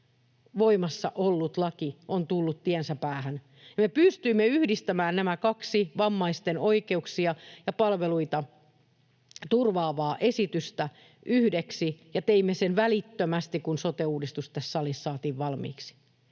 voimassa ollut laki on tullut tiensä päähän. Me pystyimme yhdistämään nämä kaksi vammaisten oikeuksia ja palveluita turvaavaa esitystä yhdeksi ja teimme sen välittömästi, kun sote-uudistus tässä salissa saatiin valmiiksi.